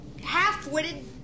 half-witted